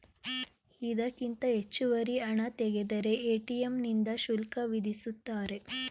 ಇದಕ್ಕಿಂತ ಹೆಚ್ಚುವರಿ ಹಣ ತೆಗೆದರೆ ಎ.ಟಿ.ಎಂ ನಿಂದ ಶುಲ್ಕ ವಿಧಿಸುತ್ತಾರೆ